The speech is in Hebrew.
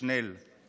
ו"שנל";